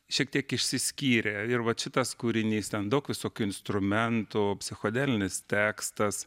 šiek tiek išsiskyrė ir vat šitas kūrinys ten daug visokių instrumentų psichodelinis tekstas